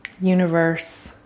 Universe